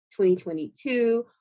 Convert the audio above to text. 2022